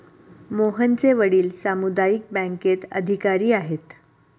मोहनचे वडील सामुदायिक बँकेत अधिकारी आहेत